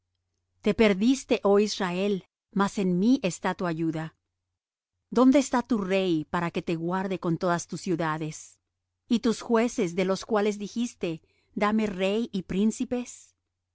te perdiste oh israel mas en mí está tu ayuda dónde está tu rey para que te guarde con todas tus ciudades y tus jueces de los cuales dijiste dame rey y príncipes